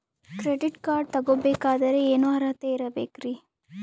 Credit card ತೊಗೋ ಬೇಕಾದರೆ ಏನು ಅರ್ಹತೆ ಇರಬೇಕ್ರಿ?